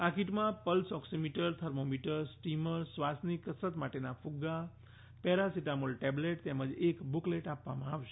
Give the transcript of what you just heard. આ કીટમાં pulse oximeter thermometer steamer શ્વાસનીકસરત માટેના ફગ્ગા પેરા સીટામોલ ટેબલેટ તેમજ એક બુકલેટ આપવામાં આવશે